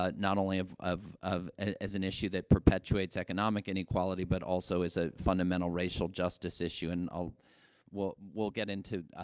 ah not only of of of as as an issue that perpetuates economic inequality but also as a fundamental racial justice issue, and i'll we'll we'll get into, ah,